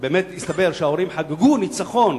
הסתבר שההורים חגגו ניצחון,